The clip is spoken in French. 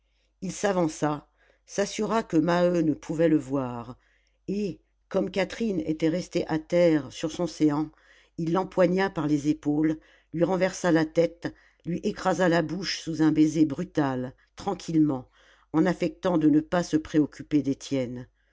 il s'avança s'assura que maheu ne pouvait le voir et comme catherine était restée à terre sur son séant il l'empoigna par les épaules lui renversa la tête lui écrasa la bouche sous un baiser brutal tranquillement en affectant de ne pas se préoccuper